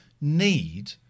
need